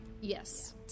yes